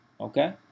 Okay